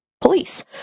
police